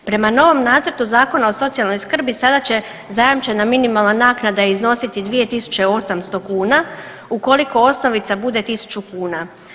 Prema novom nacrtu Zakona o socijalnoj skrbi sada će zajamčena minimalna naknada iznositi 2.800 kuna ukoliko osnovica bude 1.000 kuna.